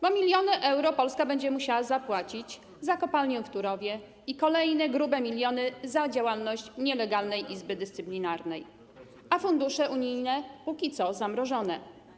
Bo miliony euro Polska będzie musiała zapłacić za kopalnię w Turowie i kolejne grube miliony za działalność nielegalnej Izby Dyscyplinarnej, a fundusze unijne póki co są zamrożone.